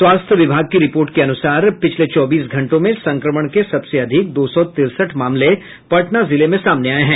स्वास्थ्य विभाग की रिपोर्ट के अनुसार पिछले चौबीस घंटों में संक्रमण के सबसे अधिक दो सौ तिरसठ मामले पटना जिले में सामने आये हैं